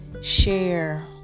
share